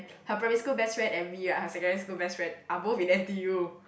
her primary school best friend and me ah her secondary school best friend are both in N_T_U